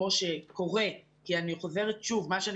כמו שקורה - כי אני חוזרת ואומרת שוב שמה שאני